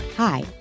Hi